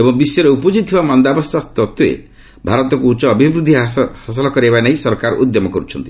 ଏବଂ ବିଶ୍ୱରେ ଉପୁକ୍ତିଥିବା ମାନ୍ଦାବସ୍ଥା ସତ୍ତ୍ୱେ ଭାରତକୁ ଉଚ୍ଚ ଅଭିବୃଦ୍ଧି ହାର ହାସଲ କରାଇବା ନେଇ ସରକାର ଉଦ୍ୟମ କରୁଛନ୍ତି